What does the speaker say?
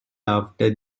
after